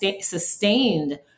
sustained